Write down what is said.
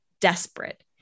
desperate